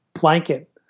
blanket